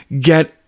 get